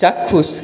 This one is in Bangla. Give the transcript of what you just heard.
চাক্ষুষ